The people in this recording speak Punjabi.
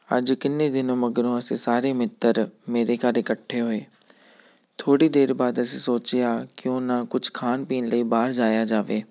ਅੱਜ ਕਿੰਨੇ ਦਿਨ ਮਗਰੋਂ ਅਸੀਂ ਸਾਰੇ ਮਿੱਤਰ ਮੇਰੇ ਘਰ ਇਕੱਠੇ ਹੋਏ ਥੋੜ੍ਹੀ ਦੇਰ ਬਾਅਦ ਅਸੀਂ ਸੋਚਿਆ ਕਿਉਂ ਨਾ ਕੁਛ ਖਾਣ ਪੀਣ ਲਈ ਬਾਹਰ ਜਾਇਆ ਜਾਵੇ